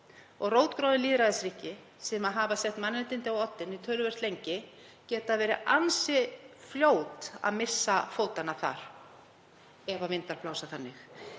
Rótgróin lýðræðisríki sem hafa sett mannréttindi á oddinn töluvert lengi geta verið ansi fljót að missa fótanna ef vindar blása þannig.